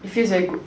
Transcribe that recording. it feels very good